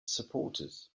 supporters